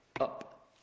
up